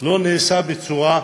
לא נעשה בצורה לאומית,